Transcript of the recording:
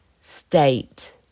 state